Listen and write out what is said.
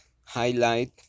highlight